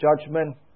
judgment